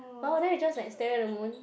!wow! then we just like staring at the moon